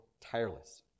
tireless